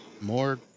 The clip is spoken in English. more